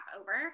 over